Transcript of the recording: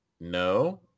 no